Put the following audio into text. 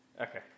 Okay